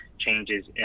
changes